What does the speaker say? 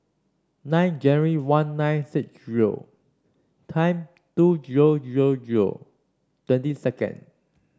nine January one nine six zero ten to zero zero zero twenty second